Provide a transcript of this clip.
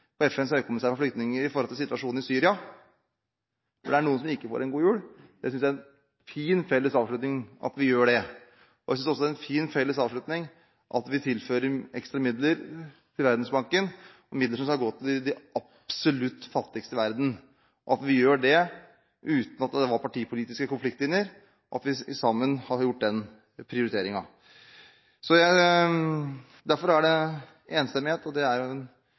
FNs høykommissær for flyktninger når det gjelder situasjonen i Syria. Det er noen som ikke får en god jul. Jeg synes det er en fin felles avslutning at vi gjør dette. Jeg synes også det er en fin felles avslutning at vi tilfører ekstra midler til Verdensbanken, midler som skal gå til de absolutt fattigste i verden – at vi gjør det uten at det er partipolitiske konfliktlinjer, og at vi sammen har gjort den prioriteringen. Derfor er det enstemmighet, og det er god tradisjon for at vi har det i Norge en